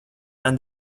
and